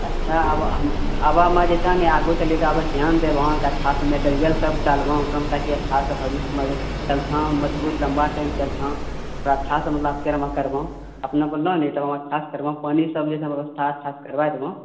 अच्छा आबऽ हम आबऽ हम जे छह नहि आगूसँ लऽकऽ ध्यान देबय अच्छासँ मेटेरियलसभ डालबह ओकरामे ताकि अच्छा से भविष्यमे जे छै मजबूत लम्बा टाइम चलतह ओकरा अच्छा से मतलब अबकी बेर करबह अपना बोललिए नऽ तऽ हम अच्छा से करबह पानीसभ जे व्यवस्था अच्छा से करवाय देबह